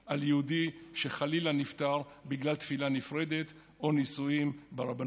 על יהודי שחלילה נפטר בגלל תפילה נפרדת או נישואים ברבנות.